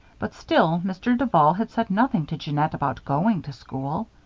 but still mr. duval had said nothing to jeannette about going to school.